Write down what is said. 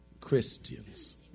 Christians